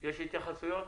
2021)"